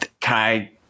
Kai